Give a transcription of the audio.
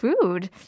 food